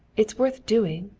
it's worth doing,